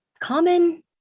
common